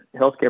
healthcare